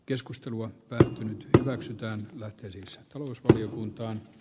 keskustelu on päättynyt brax työn lähteisiinsä talousvaliokunta